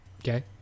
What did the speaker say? okay